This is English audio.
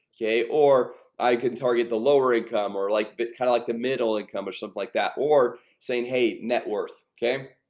okay or i can target the lower and or like but kind of like the middle-income or something like that or saying hey net worth, okay?